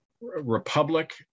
Republic